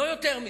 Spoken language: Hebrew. לא יותר מזה.